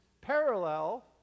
parallel